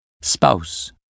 Spouse